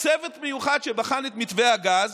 צוות מיוחד שבחן את מתווה הגז